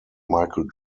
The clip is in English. michael